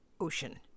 ocean